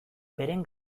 beren